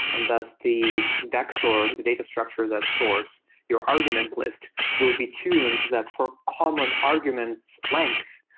and thus the vector, the data structures that stores your argument list will be tuned that for common arguments length,